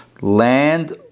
land